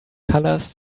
colors